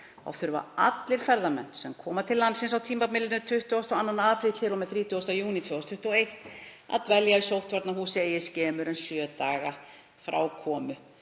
gr. þurfa allir ferðamenn sem koma til landsins á tímabilinu 22. apríl til og með 30. júní 2021 að dvelja í sóttvarnahúsi eigi skemur en sjö daga frá komu.